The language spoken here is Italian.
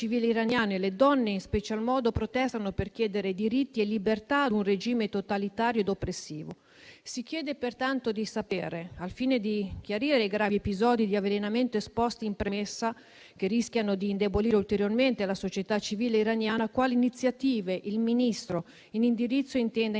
le donne in special modo protestano per chiedere diritti e libertà a un regime totalitario e oppressivo. Si chiede pertanto di sapere, al fine di chiarire i gravi episodi di avvelenamento esposti in premessa, che rischiano di indebolire ulteriormente la società civile iraniana, quali iniziative il Ministro in indirizzo intenda intraprendere,